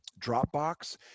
Dropbox